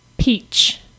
peach